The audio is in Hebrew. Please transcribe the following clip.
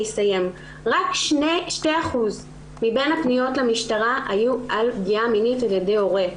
רק 2% מבין הפניות למשטרה היו על פגיעה מינית על ידי הורה,